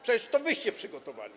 Przecież to wyście przygotowali.